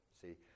see